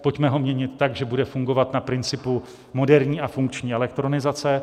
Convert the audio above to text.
Pojďme ho měnit tak, že bude fungovat na principu moderní a funkční elektronizace.